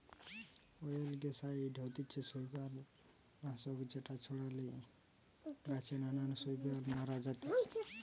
অয়েলগেসাইড হতিছে শৈবাল নাশক যেটা ছড়ালে গাছে নানান শৈবাল মারা জাতিছে